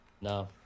No